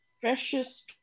precious